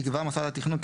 יקבע מוסד התכנון,